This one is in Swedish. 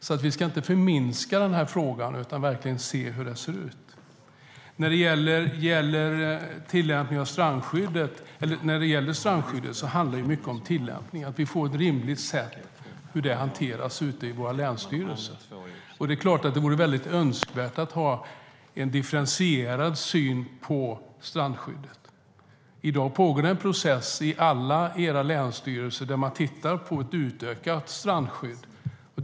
Vi ska alltså inte förminska frågan utan verkligen titta på hur det ser ut. När det gäller strandskyddet handlar mycket om tillämpning och att vi får ett rimligt sätt att hantera det ute i våra länsstyrelser. Det är klart att det vore önskvärt att ha en differentierad syn på strandskyddet. I dag pågår en process i alla era länsstyrelser där man tittar på ett utökat strandskydd.